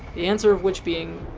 the answer of which being,